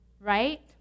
right